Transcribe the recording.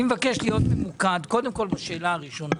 אני מבקש להיות ממוקד קודם כל בשאלה הראשונה: